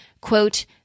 Quote